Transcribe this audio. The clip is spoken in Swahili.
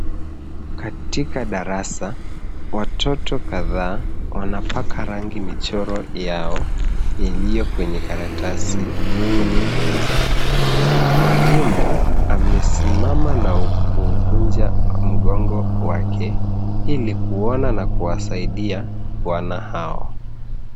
Katika darasa, watoto kadhaa wanapaka rangi michoro yao iliyo kwenye karatasi kwenye meza. Mwalimu amesimama na kuukunja mgongo wake ili kuona na kuwasaidia wana hao.